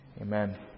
Amen